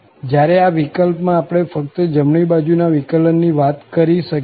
જયારે આ વિકલ્પમાં આપણે ફક્ત જમણી બાજુ ના વિકલન ની વાત કરી શકીએ